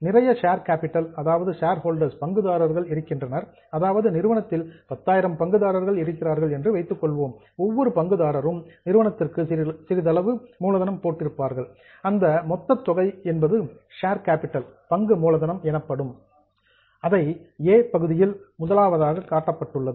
நிறைய ஷேர்ஹோல்டர்ஸ் பங்குதாரர்கள் இருக்கின்றனர் அதாவது நிறுவனத்தில் 10000 பங்குதாரர்கள் இருக்கிறார்கள் என்று வைத்துக் கொள்வோம் ஒவ்வொரு பங்குதாரரும் நிறுவனத்திற்கு சிறிதளவு மூலதனம் போட்டிருப்பார்கள் அந்த மொத்த தொகை என்பது ஷேர் கேப்பிட்டல் பங்கு மூலதனம் எனப்படும் அதை ஏ பகுதியில் முதலாவதாக காட்டப்பட்டுள்ளது